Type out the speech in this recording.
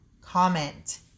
comment